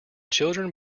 children